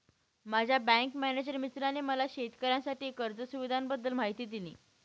माझ्या bank manager मित्राने मला शेतकऱ्यांसाठी कर्ज सुविधांबद्दल माहिती दिली